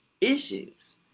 issues